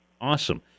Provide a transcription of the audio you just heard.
Awesome